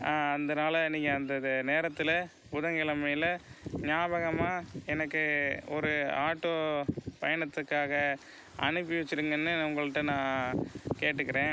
அந்த நாளில் நீங்கள் அந்த இதை நேரத்தில் புதன் கிழமைல ஞாபகமாக எனக்கு ஒரு ஆட்டோ பயணத்துக்காக அனுப்பி வெச்சிருங்கன்னு உங்கள்கிட்ட நான் கேட்டுக்கிறேன்